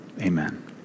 Amen